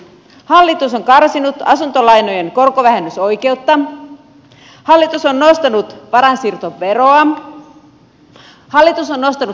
hallitus on karsinut esimerkiksi asuntolainojen korkovähennysoikeutta hallitus on nostanut varainsiirtoveroa hallitus on nostanut kiinteistöveroa